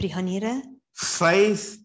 Faith